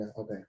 okay